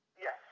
Yes